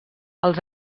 els